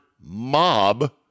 mob